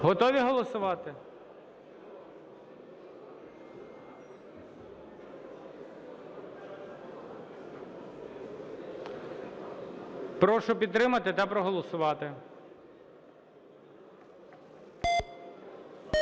Готові голосувати? Прошу підтримати та проголосувати.